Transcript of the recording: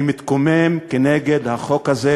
אני מתקומם נגד החוק הזה,